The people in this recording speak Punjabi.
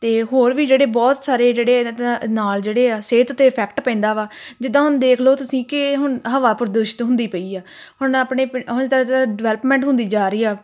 ਅਤੇ ਹੋਰ ਵੀ ਜਿਹੜੇ ਬਹੁਤ ਸਾਰੇ ਜਿਹੜੇ ਨਾਲ ਜਿਹੜੇ ਆ ਸਿਹਤ 'ਤੇ ਇਫੈਕਟ ਪੈਂਦਾ ਵਾ ਜਿੱਦਾਂ ਹੁਣ ਦੇਖ ਲਓ ਤੁਸੀਂ ਕਿ ਹੁਣ ਹਵਾ ਪ੍ਰਦੂਸ਼ਿਤ ਹੁੰਦੀ ਪਈ ਆ ਹੁਣ ਆਪਣੇ ਡਿਵੈਲਪਮੈਂਟ ਹੁੰਦੀ ਜਾ ਰਹੀ ਆ